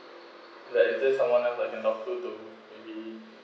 like is there someone else I can to maybe